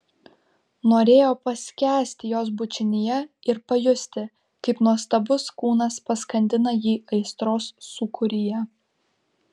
norėjo paskęsti jos bučinyje ir pajusti kaip nuostabus kūnas paskandina jį aistros sūkuryje